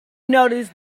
notice